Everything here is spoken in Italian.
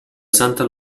santa